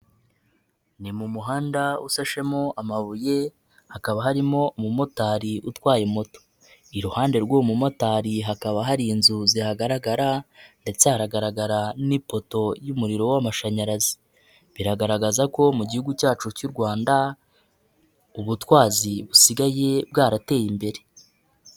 Ni mu muhanda usashemo amabuye hakaba harimo umumotari utwaye moto, iruhande rw'uwo mumotari hakaba hari inzu zihagaragara ndetse haragaragara n'ipoto y'umuriro w'amashanyarazi, biragaragaza ko mu Gihugu cyacu cy'u Rwanda ubutwazi busigaye bwarateye imbere.